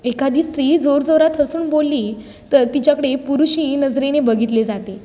एखादी स्त्री जोर जोरात हसून बोलली तर तिच्याकडे पुरुषी नजरेने बघितले जाते